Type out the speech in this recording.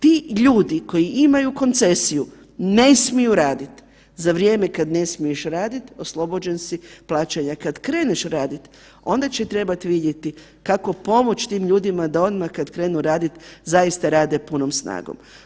Ti ljudi koji imaju koncesiju ne smiju raditi, za vrijeme kad ne smiješ raditi oslobođen si plaćanja, kad kreneš raditi onda će trebat vidjeti kako pomoć tim ljudima da odmah kad krenu raditi zaista rade punom snagom.